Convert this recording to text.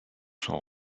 son